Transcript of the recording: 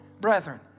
brethren